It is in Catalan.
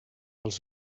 als